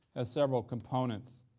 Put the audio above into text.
ah several components